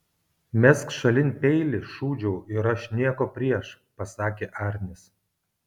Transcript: mesk šalin peilį šūdžiau ir aš nieko prieš pasakė arnis